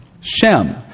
Shem